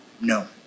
No